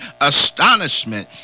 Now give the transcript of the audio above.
astonishment